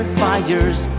fires